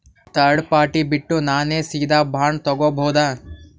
Third party ಬಿಟ್ಟು ನಾನೇ ಸೀದಾ ಬಾಂಡ್ ತೋಗೊಭೌದಾ?